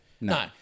No